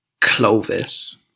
Clovis